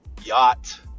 yacht